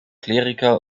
kleriker